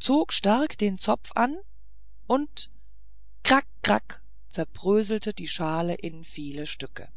zog stark den zopf an und krak krak zerbröckelte die schale in viele stücke